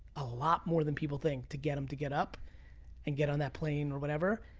a lot more than people think to get him to get up and get on that plane or whatever.